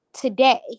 today